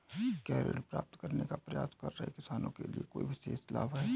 क्या ऋण प्राप्त करने का प्रयास कर रहे किसानों के लिए कोई विशेष लाभ हैं?